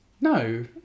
No